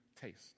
taste